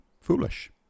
foolish